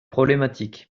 problématique